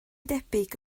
debyg